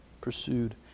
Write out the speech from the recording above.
pursued